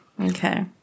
Okay